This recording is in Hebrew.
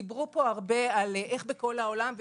אמרו איך זה בכל העולם.